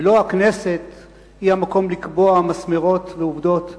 ולא הכנסת היא המקום לקבוע מסמרות ועובדות היסטוריות,